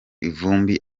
ivumbi